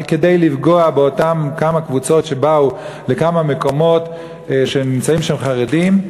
אבל כדי לפגוע באותן כמה קבוצות שבאו לכמה מקומות שנמצאים שם חרדים,